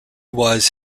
was